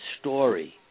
story